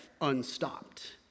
unstopped